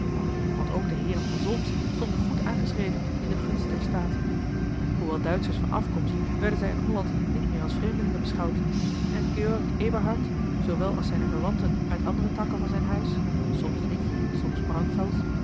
want ook de heeren van solms stonden goed aangeschreven in de gunst der staten hoewel duitschers van afkomst werden zij in holland niet meer als vreemdelingen beschouwd en george eberhard zoowel als zijne verwanten uit andere takken van zijn huis